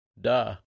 Duh